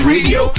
Radio